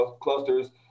clusters